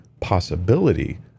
possibility